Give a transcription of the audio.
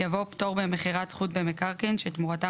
יבוא "פטור במכירת זכות במקרקעין שתמורתה